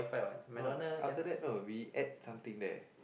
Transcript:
no after that no we ate something there